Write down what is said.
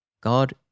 God